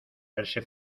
verse